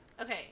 Okay